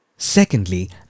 Secondly